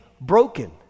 broken